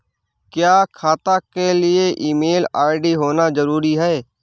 क्या खाता के लिए ईमेल आई.डी होना जरूरी है?